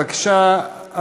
בבקשה,